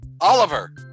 Oliver